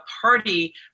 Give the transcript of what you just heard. party